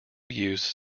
used